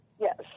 Yes